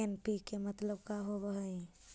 NPK मतलब का होव हइ?